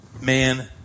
man